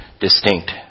distinct